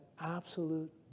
absolute